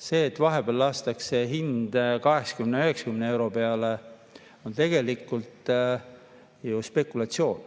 See, et vahepeal lastakse hind 80–90 euro peale, on tegelikult ju spekulatsioon,